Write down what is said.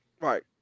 Right